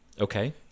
okay